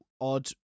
odd